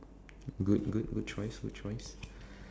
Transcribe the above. good good good choice good choice